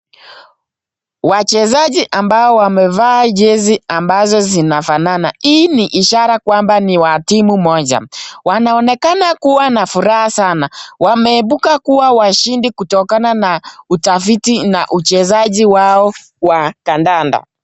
Wachezaji ambao wamevaa jezi ambazo zinafanana, hii ni ishara kwamba ni wa timu moja. Wanaonekana kuwa na furaha sana. Wameibuka kuwa washindi kutokana na utafiti na uchezaji wao wa kandanda.